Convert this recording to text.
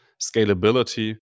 scalability